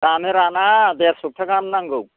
दानो राना देर सबथा गाहाम नांगौ